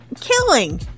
killing